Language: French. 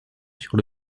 sur